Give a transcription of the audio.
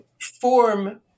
form